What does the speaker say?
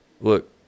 look